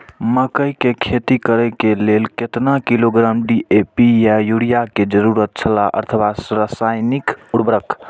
मकैय के खेती करे के लेल केतना किलोग्राम डी.ए.पी या युरिया के जरूरत छला अथवा रसायनिक उर्वरक?